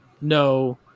No